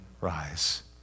rise